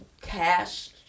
cash